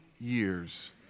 years